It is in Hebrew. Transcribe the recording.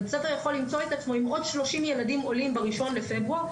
הוא יכול למצוא את עצמו עם עוד 30 ילדים עולים ב-1 בפברואר,